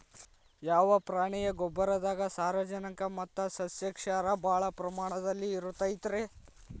ಯಾವ ಪ್ರಾಣಿಯ ಗೊಬ್ಬರದಾಗ ಸಾರಜನಕ ಮತ್ತ ಸಸ್ಯಕ್ಷಾರ ಭಾಳ ಪ್ರಮಾಣದಲ್ಲಿ ಇರುತೈತರೇ?